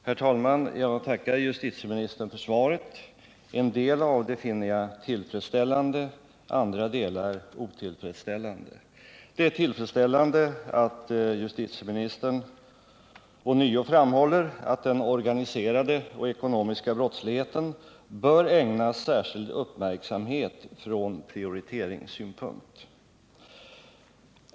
Herr talman! Jag tackar justitieministern för svaret. Vissa delar av svaret finner jag tillfredsställande, andra delar otillfredsställande. Det är tillfredsställande att justitieministern ånyo framhåller att den organiserade och ekonomiska brottsligheten bör ägnas särskild uppmärksamhet från prioriteringssynpunkt.